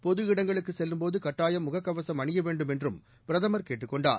பொது இடங்களுக்கு செல்லும்போது கட்டாயம் முகக்கவும் அணிய வேண்டும் என்று பிரதமர் கேட்டுக் கொண்டார்